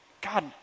God